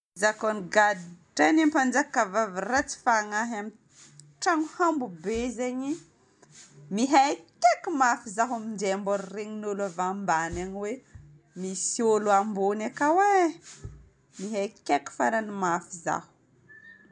Za koa noga drain'ny mpanjakavavy ratsy fagnahy, tragno hambo be zegny, mihaikaika mafy za aminjay aho mbô regnin'ny ologna avy ambany ao hoe misy olo ambony akao e. Mihaikaika faran'ny mafy za.